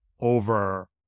over –